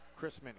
chrisman